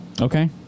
Okay